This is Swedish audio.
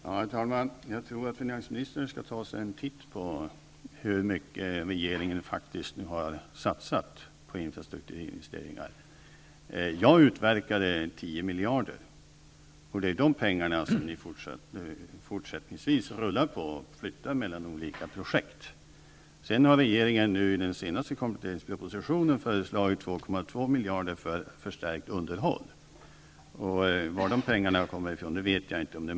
Herr talman! Jag tror att finansministern skall ta sig en titt på hur mycket regeringen nu faktiskt har satsat på infrastrukturinvesteringar. Jag utverkade 10 miljarder, och det är de pengarna som ni fortsättningsvis rullar och flyttar mellan olika projekt. I den senaste kompletteringspropositionen har regeringen föreslagit att 2,2 miljarder skall anslås till förstärkt underhåll. Var de pengarna kommer ifrån vet jag inte.